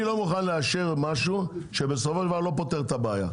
אני לא מוכן לאשר משהו שבסופו של דבר לא פותר את הבעיה.